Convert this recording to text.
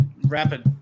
Rapid